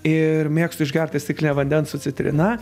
ir mėgstu išgerti stiklinę vandens su citrina